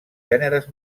gèneres